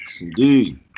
indeed